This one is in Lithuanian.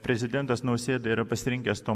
prezidentas nausėda yra pasirengęs to